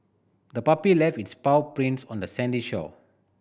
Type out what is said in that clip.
the puppy left its paw prints on the sandy shore